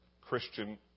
Christian